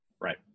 Right